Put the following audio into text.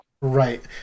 right